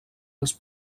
als